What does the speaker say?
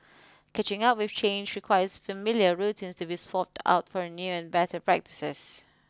catching up with change requires familiar routines to be swapped out for new and better practices